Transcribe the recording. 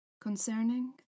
Concerning